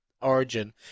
Origin